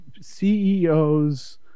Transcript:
CEOs